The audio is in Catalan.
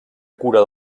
cura